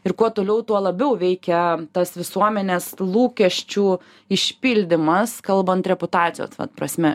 ir kuo toliau tuo labiau veikia tas visuomenės lūkesčių išpildymas kalbant reputacijos prasme